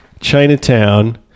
Chinatown